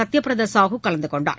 சத்யபிரதாசாகுகலந்துகொண்டார்